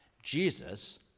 Jesus